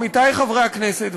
עמיתי חברי הכנסת,